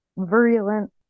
Virulent